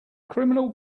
criminal